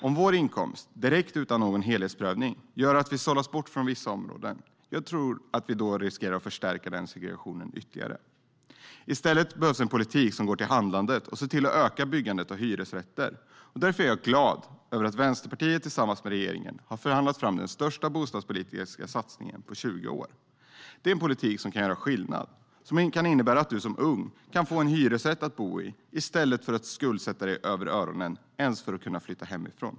Om vår inkomst direkt utan någon helhetsprövning gör att vi sållas bort från vissa områden tror jag att det i stället riskerar att förstärka segregationen ytterligare. I stället behövs en politik som går till handling och ser till att öka byggandet av hyresrätter. Därför är jag glad över att Vänsterpartiet tillsammans med regeringen har förhandlat fram den största bostadspolitiska satsningen på 20 år. Det är en politik som kan göra skillnad och som kan innebära att du som ung kan få en hyresrätt att bo i i stället för att skuldsätta dig över öronen för att ens kunna flytta hemifrån.